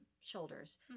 shoulders